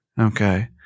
Okay